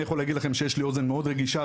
אני יכול להגיד לכם שיש לי אוזן מאוד רגישה,